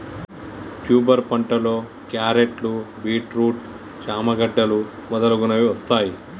tuber పంటలో క్యారెట్లు, beetroot, చామ గడ్డలు మొదలగునవి వస్తాయ్